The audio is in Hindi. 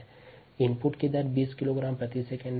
रेट ऑफ़ इनपुट 20 किलोग्राम प्रति सेकंड है